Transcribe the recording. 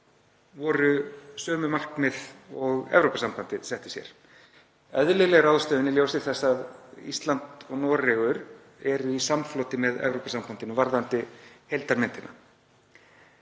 voru sömu markmið og Evrópusambandið setti sér. Þetta var eðlileg ráðstöfun í ljósi þess að Ísland og Noregur eru í samfloti með Evrópusambandinu varðandi heildarmyndina.